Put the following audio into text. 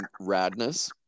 Radness